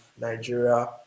Nigeria